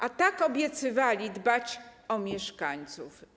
A tak obiecywali dbać o mieszkańców.